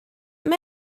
mae